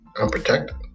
unprotected